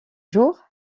jour